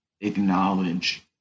acknowledge